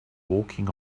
walking